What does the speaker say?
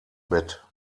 bett